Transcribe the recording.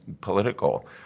political